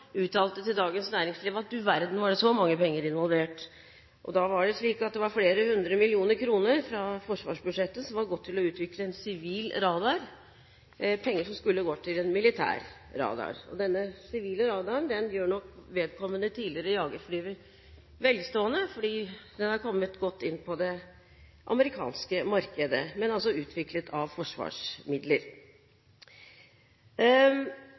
uttalte til Dagens Næringsliv at du verden, var det så mange penger involvert! Da var det slik at det var flere hundre millioner fra forsvarsbudsjettet som hadde gått til å utvikle en sivil radar, penger som skulle gått til en militær radar. Denne sivile radaren gjør nok vedkommende tidligere jagerflyger velstående, for den har kommet godt inn på det amerikanske markedet, men er altså utviklet av forsvarsmidler.